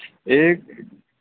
ਇਹ